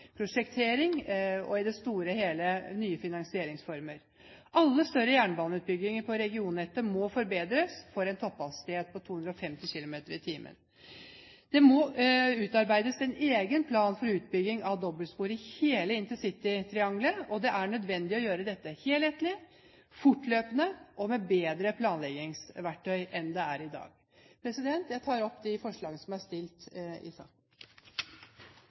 prosjektering, og i det store og hele nye finansieringsformer. Alle større jernbaneutbygginger på regionnettet må forberedes for en topphastighet på 250 km/t. Det må utarbeides en egen plan for utbygging av dobbeltspor i hele intercitytriangelet, og det er nødvendig å gjøre dette helhetlig, fortløpende og med bedre planleggingsverktøy enn i dag. Jeg tar opp de forslagene som er stilt i saken.